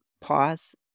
pause